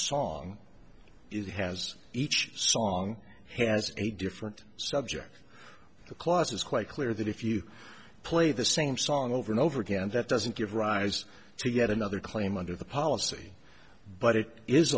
song it has each song has a different subject the clause is quite clear that if you play the same song over and over again that doesn't give rise to yet another claim under the policy but it is